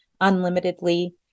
unlimitedly